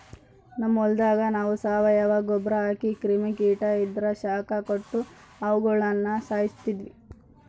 ನಮ್ ಹೊಲದಾಗ ನಾವು ಸಾವಯವ ಗೊಬ್ರ ಹಾಕಿ ಕ್ರಿಮಿ ಕೀಟ ಇದ್ರ ಶಾಖ ಕೊಟ್ಟು ಅವುಗುಳನ ಸಾಯಿಸ್ತೀವಿ